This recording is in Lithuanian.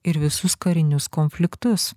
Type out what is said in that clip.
ir visus karinius konfliktus